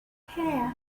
here